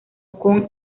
con